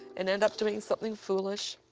and end up doing something foolish.